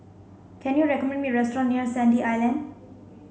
can you recommend me a restaurant near Sandy Island